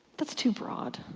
that's too broad.